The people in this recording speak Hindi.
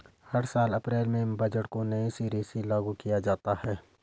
हर साल अप्रैल में बजट को नये सिरे से लागू किया जाता है